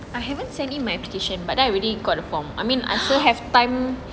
I haven't send in my petition but I already got the form I mean I still have time